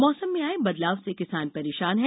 मौसम में आये बदलाव से किसान परेशान है